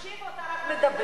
אתה מקשיב או אתה רק מדבר?